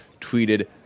tweeted